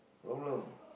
problem